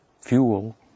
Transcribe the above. fuel